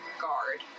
guard